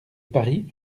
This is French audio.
paris